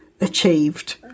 achieved